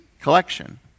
collection